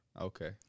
Okay